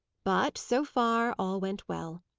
but, so far, all went well.